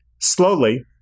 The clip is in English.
slowly